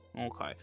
Okay